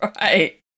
right